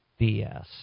BS